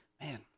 Man